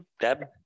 Deb